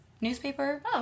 newspaper